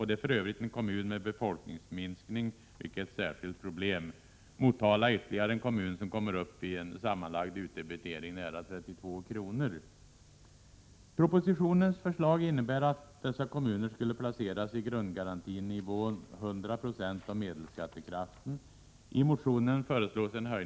Det är för övrigt en kommun med befolkningsminskning, vilket är ett särskilt problem; Motala är ytterligare en kommun som kommer upp i en sammanlagd utdebitering på nära 32 kr.